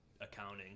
accounting